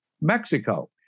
Mexico